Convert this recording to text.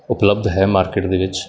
ਉਪਲੱਬਧ ਹੈ ਮਾਰਕੀਟ ਦੇ ਵਿੱਚ